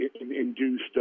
induced